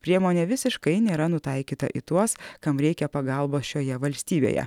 priemonė visiškai nėra nutaikyta į tuos kam reikia pagalbos šioje valstybėje